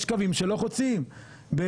יש קווים שלא חוצים בכזו,